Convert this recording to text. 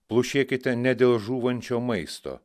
plušėkite ne dėl žūvančio maisto